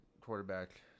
quarterback